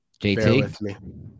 JT